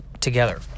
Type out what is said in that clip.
together